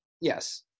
Yes